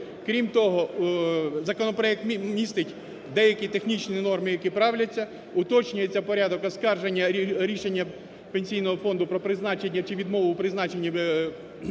Крім того, законопроект містить деякі технічні норми, які правляться, уточнюється порядок оскарження рішення Пенсійного фонду про призначення чи відмову у призначенні пенсій